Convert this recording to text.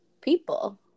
people